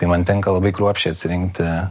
tai man tenka labai kruopščiai atsirinkti